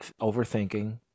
overthinking